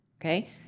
Okay